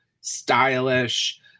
stylish